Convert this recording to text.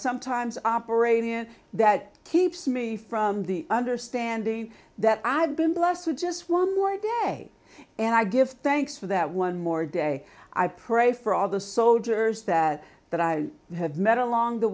sometimes operate in that keeps me from the understanding that i've been blessed with just one more day and i give thanks for that one more day i pray for all the soldiers that that i have met along the